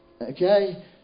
Okay